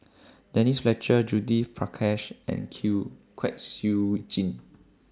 Denise Fletcher Judith Prakash and Q Kwek Siew Jin